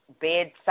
bedside